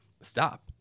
stop